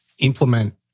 implement